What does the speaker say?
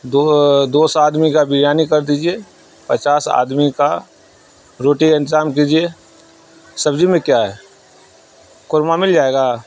دو دو سو آدمی کا بریانی کر دیجیے پچاس آدمی کا روٹی کا انتظام کیجیے سبزی میں کیا ہے قورمہ مل جائے گا